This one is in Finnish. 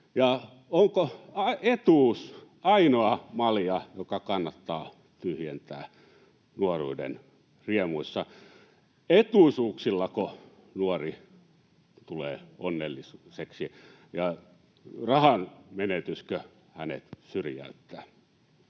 Ja onko etuus ainoa malja, joka kannattaa tyhjentää nuoruuden riemuissa? Etuisuuksillako nuori tulee onnelliseksi, ja rahan menetyskö hänet syrjäyttää?